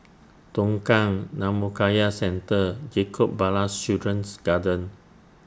Tongkang Dhammakaya Centre Jacob Ballas Children's Garden